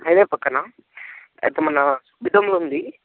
highway ప్రక్కన అయితే మన బితంలా ఉంది